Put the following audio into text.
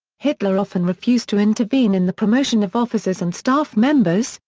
hitler often refused to intervene in the promotion of officers and staff members,